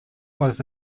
was